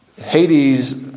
Hades